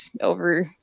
over